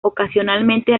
ocasionalmente